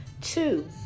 Two